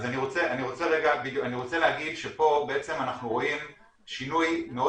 אני רוצה להגיד שפה אנחנו רואים שינוי מאוד